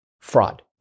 fraud